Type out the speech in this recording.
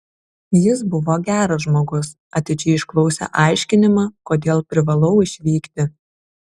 jis buvo geras žmogus atidžiai išklausė aiškinimą kodėl privalau išvykti